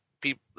people